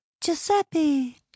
giuseppe